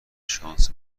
شانس